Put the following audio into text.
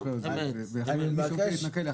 לכן הייתה אפשרות להתנכל.